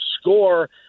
score